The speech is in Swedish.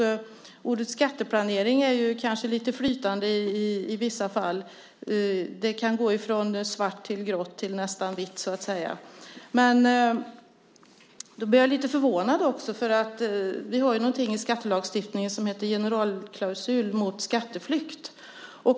Ordet skatteplanering är kanske lite flytande i vissa fall. Det kan gå från svart till grått och nästan till vitt. Jag blir lite förvånad också. Vi har någonting i skattelagstiftningen som heter generalklausul mot skatteflykt.